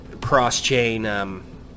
cross-chain